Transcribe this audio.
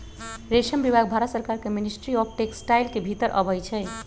रेशम विभाग भारत सरकार के मिनिस्ट्री ऑफ टेक्सटाइल के भितर अबई छइ